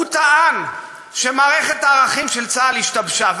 הוא טען שמערכת הערכים של צה"ל השתבשה.